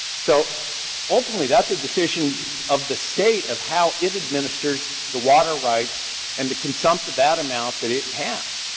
so ultimately, that's a decision of the state of how it administers the water rights and the consumption of that amount that it has.